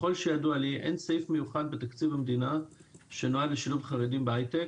ככל שידוע לי אין סעיף מיוחד בתקציב המדינה שנועד לשילוב חרדים בהייטק.